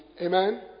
Amen